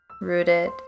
rooted